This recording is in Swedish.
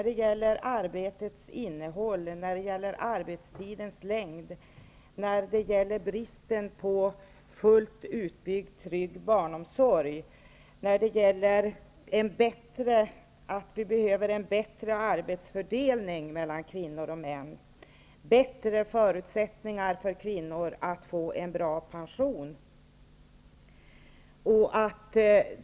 Det gäller arbetets innehåll, arbetstidens längd, bristen på fullt utbyggd trygg barnomsorg, behovet av en bättre arbetsfördelning mellan kvinnor och män och behovet av bättre förutsättningar för kvinnor att få en bra pension.